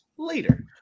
later